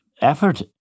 effort